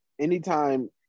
anytime